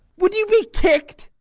would you be kick'd?